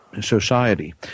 society